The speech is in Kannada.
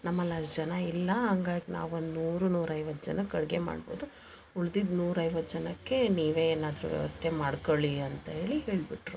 ನಮ್ಮಲ್ಲಿ ಅಷ್ಟು ಜನ ಇಲ್ಲ ಹಂಗಾಗ್ ನಾವೊಂದು ನೂರು ನೂರೈವತ್ತು ಜನಕ್ಕೆ ಅಡುಗೆ ಮಾಡ್ಬೋದು ಉಳ್ದಿದ್ದು ನೂರೈವತ್ತು ಜನಕ್ಕೆ ನೀವೇ ಏನಾದ್ರೂ ವ್ಯವಸ್ಥೆ ಮಾಡ್ಕೊಳ್ಳಿ ಅಂತೇಳಿ ಹೇಳಿಬಿಟ್ರು